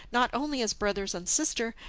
not only as brothers and sister,